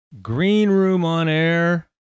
greenroomonair